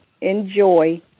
enjoy